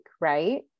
right